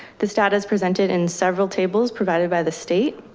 this data is presented in several tables provided by the state.